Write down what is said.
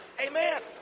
Amen